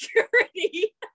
security